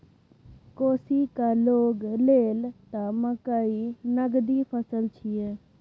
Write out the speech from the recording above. कोशीक लोग लेल त मकई नगदी फसल छियै